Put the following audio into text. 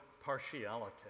partiality